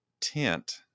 tent